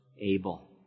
Abel